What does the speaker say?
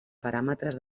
paràmetres